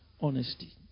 honesty